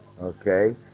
Okay